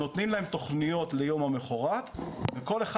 נותנים להן תוכניות ליום למחרת וכל אחד